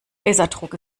laserdruck